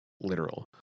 literal